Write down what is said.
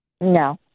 No